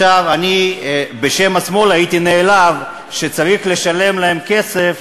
אני בשם השמאל הייתי נעלב שצריך לשלם להן כסף,